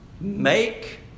Make